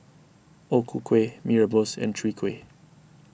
O Ku Kueh Mee Rebus and Chwee Kueh